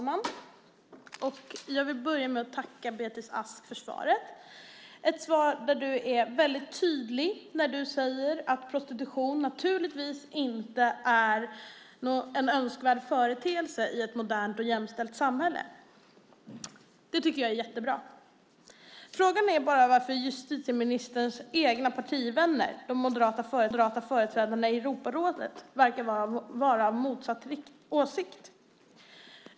Herr talman! Jag vill börja med att tacka Beatrice Ask för svaret. Det är ett svar där du är väldigt tydlig när du säger att prostitution naturligtvis inte är en önskvärd företeelse i ett modernt och jämställt samhälle. Det tycker jag är jättebra. Frågan är bara varför justitieministerns egna partivänner, de moderata företrädarna i Europarådet, verkar vara av motsatt åsikt.